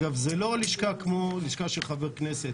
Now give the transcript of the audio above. אגב, זו לא לשכה כמו לשכה של חבר כנסת.